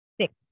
six